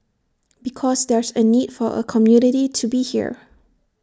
because there's A need for A community to be here